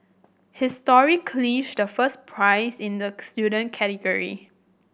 his story clinched the first prize in the student category